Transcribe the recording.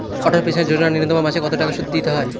অটল pension Yojana ন্যূনতম মাসে কত টাকা সুধ দিতে হয়?